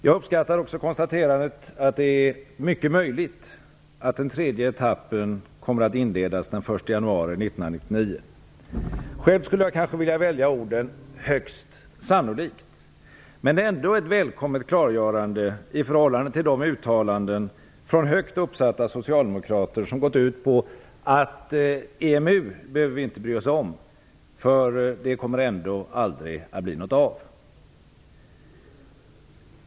Jag uppskattar också konstaterandet att det är mycket möjligt att den tredje etappen kommer att inledas den 1 januari 1999. Själv skulle jag kanske vilja välja orden "högst sannolikt". Men det är ändå ett välkommet klargörande i förhållande till de uttalanden från högt uppsatta socialdemokrater som gått ut på att vi inte behöver bry oss om EMU, för det kommer ändå aldrig att bli något av det.